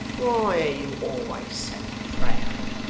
why are you always so proud?